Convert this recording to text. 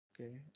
Okay